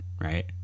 right